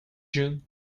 june